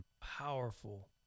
powerful